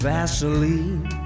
Vaseline